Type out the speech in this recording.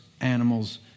animals